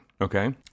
okay